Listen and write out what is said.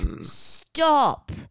stop